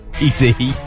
easy